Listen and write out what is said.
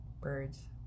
Birds